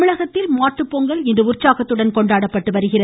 தமிழகத்தில் மாட்டுப்பொங்கல் இன்று உற்சாகத்துடன் கொண்டாடப்பட்டு வருகிறது